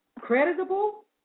creditable